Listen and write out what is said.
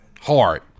hard